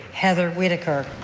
heather whitaker.